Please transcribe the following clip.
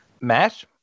Matt